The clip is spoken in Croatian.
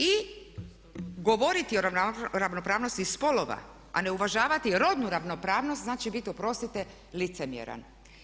I govoriti o ravnopravnosti spolova a ne uvažavati rodnu ravnopravnost znači biti oprostite licemjeran.